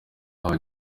aba